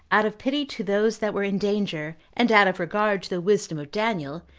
out of pity to those that were in danger, and out of regard to the wisdom of daniel,